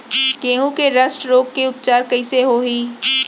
गेहूँ के रस्ट रोग के उपचार कइसे होही?